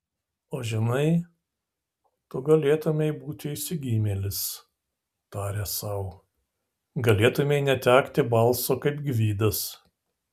o žinai tu galėtumei būti išsigimėlis tarė sau galėtumei netekti balso kaip gvidas